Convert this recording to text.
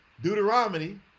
deuteronomy